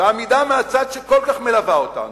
בעמידה מהצד שכל כך מלווה אותנו.